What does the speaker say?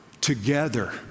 together